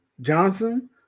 Johnson